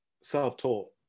self-taught